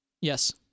Yes